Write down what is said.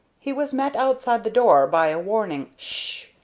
he was met outside the door by a warning sh!